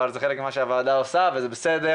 אבל זה חלק ממה שהוועדה עשוה וזה בסדר